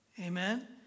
Amen